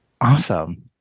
Awesome